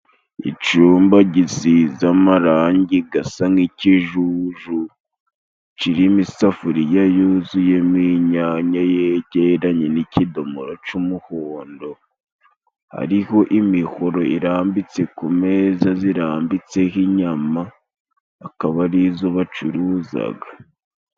Icyumba gisize amarangi gasa nk'ikijuju, kirimo isafuriya yuzuyemo inyanya， yegeranye n'ikidomoro cy'umuhondo， hariho imihoro irambitse ku meza，zirambitseho inyama，akaba arizo bacuruzaga.